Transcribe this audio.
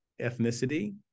ethnicity